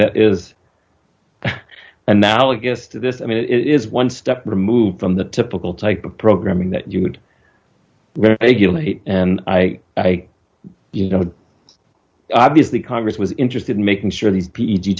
that is analogous to this i mean it is one step removed from the typical type of programming that you would and i i you know obviously congress was interested in making sure these p